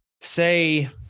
say